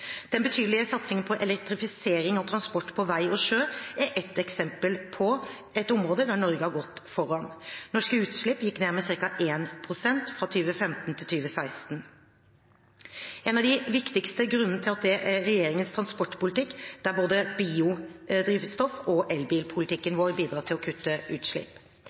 Den betydelige satsingen på elektrifisering av transport på vei og på sjø er ett eksempel på et område der Norge har gått foran. Norske utslipp gikk ned med ca. 1 pst. fra 2015 til 2016. En av de viktigste grunnene til det er regjeringens transportpolitikk, der både biodrivstoff og elbilpolitikken vår bidrar til å kutte utslipp.